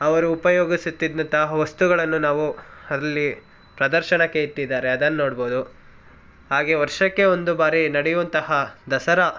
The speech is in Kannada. ಅವರು ಉಪಯೋಗಿಸುತ್ತಿದಂತಹ ವಸ್ತುಗಳನ್ನು ನಾವು ಅಲ್ಲಿ ಪ್ರದರ್ಶನಕ್ಕೆ ಇಟ್ಟಿದ್ದಾರೆ ಅದನ್ನ ನೋಡ್ಬೋದು ಹಾಗೆ ವರ್ಷಕ್ಕೆ ಒಂದು ಬಾರಿ ನಡೆಯುವಂತಹ ದಸರಾ